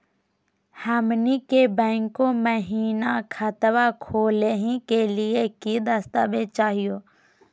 हमनी के बैंको महिना खतवा खोलही के लिए कि कि दस्तावेज चाहीयो?